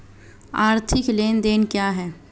आर्थिक लेनदेन क्या है?